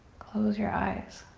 close your eyes.